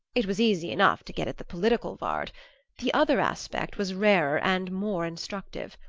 it was easy enough to get at the political vard the other aspect was rarer and more instructive.